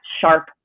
sharp